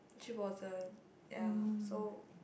she wasn't ya so